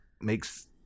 makes